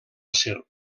serp